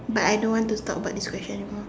but I don't want to talk about this question anymore